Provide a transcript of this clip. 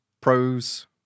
pros